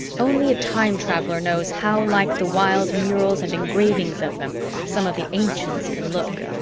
only a time traveler knows how like the wild murals and engravings of them some of the ancients can look.